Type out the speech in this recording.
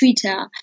Twitter